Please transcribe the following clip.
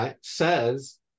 says